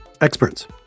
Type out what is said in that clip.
experts